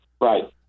Right